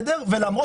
לפי דרישת הלשכות,